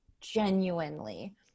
genuinely